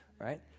right